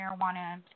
marijuana